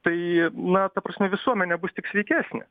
tai na ta prasme visuomenė bus tik sveikesnė